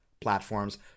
platforms